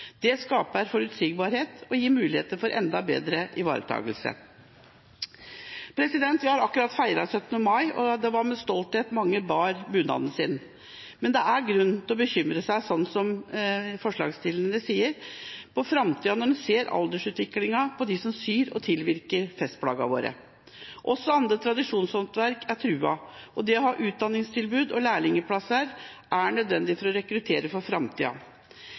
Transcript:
Det skaper forutsigbarhet og gir muligheter for enda bedre ivaretakelse. Vi har akkurat feiret 17. mai, og det var med stolthet mange bar bunaden sin. Men det er, som forslagsstillerne sier, grunn til å bekymre seg for framtida når en ser på aldersutviklingen for dem som syr og tilvirker festplaggene våre. Også andre tradisjonshåndverk er truet, og det å ha utdanningstilbud og lærlingplasser er nødvendig for å rekruttere for framtida.